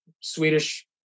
Swedish